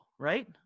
Right